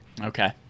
okay